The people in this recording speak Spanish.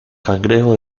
cangrejo